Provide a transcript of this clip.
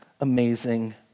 amazing